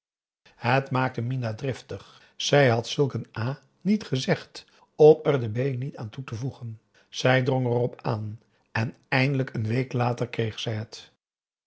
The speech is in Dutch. het maakte minah driftig zij had zulk een a niet gezegd om er de b niet aan toe te voegen zij drong er opaan en eindelijk een week later kreeg zij het